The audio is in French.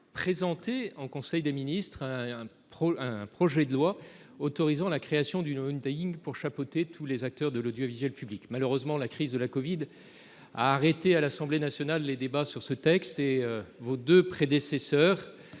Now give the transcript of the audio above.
présenté en conseil des ministres un projet de loi autorisant la création d’une holding pour chapeauter l’ensemble des acteurs de l’audiovisuel public. Malheureusement, la crise de la covid 19 a arrêté à l’Assemblée nationale les débats sur ce texte et vos deux prédécesseures,